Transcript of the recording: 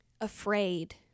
afraid